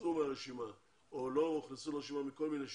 הוצאו מהרשימה או לא הוכנסו לרשימה מכל מיני שיקולים.